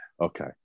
Okay